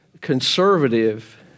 conservative